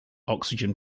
oxygen